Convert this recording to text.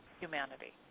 humanity